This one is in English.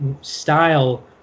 style